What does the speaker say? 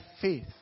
faith